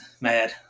mad